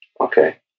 okay